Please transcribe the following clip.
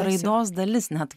raidos dalis net